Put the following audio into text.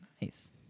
Nice